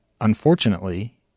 unfortunately